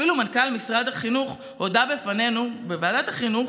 אפילו מנכ"ל משרד החינוך הודה בפנינו בוועדת החינוך